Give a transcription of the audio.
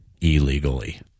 illegally